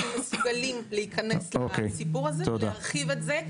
אנחנו מסוגלים להיכנס לסיפור הזה ולהרחיב את זה,